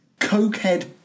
cokehead